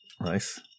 Nice